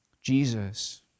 Jesus